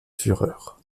fureur